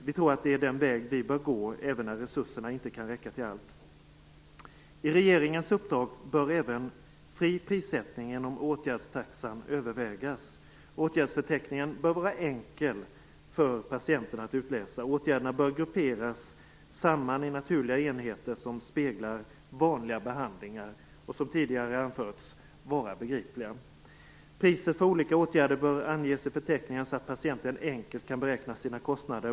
Vi tror att det är den väg vi bör gå även när resurserna inte kan räcka till allt. I regeringens uppdrag bör även fri prissättning inom åtgärdstaxan övervägas. Åtgärdsförteckningen bör vara enkel för patienten att utläsa. Åtgärderna bör grupperas samman i naturliga enheter som speglar vanliga behandlingar och, som tidigare anförts, vara begripliga. Priset för olika åtgärder bör anges i förteckningar så att patienten enkelt kan beräkna sina kostnader.